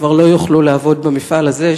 כבר לא יוכל לעבוד במפעל הזה,